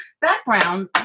background